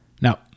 Now